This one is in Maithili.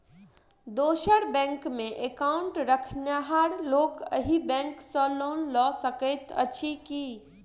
दोसर बैंकमे एकाउन्ट रखनिहार लोक अहि बैंक सँ लोन लऽ सकैत अछि की?